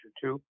two